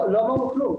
לא אמרנו כלום.